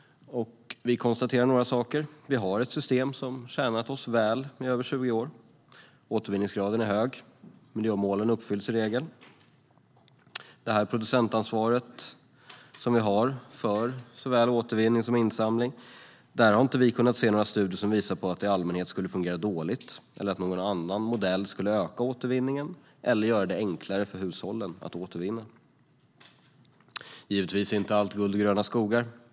Vi kan konstatera några saker: Sverige har ett system som har tjänat oss väl i över 20 år. Återvinningsgraden är hög. Miljömålen uppfylls i regel. När det gäller det producentansvar vi har för såväl återvinning som insamling har Sverigedemokraterna inte kunnat se några studier som visar på att det i allmänhet skulle fungera dåligt eller att någon annan modell skulle öka återvinningen eller göra det enklare för hushållen att återvinna. Givetvis är inte allt guld och gröna skogar.